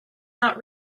not